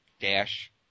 dash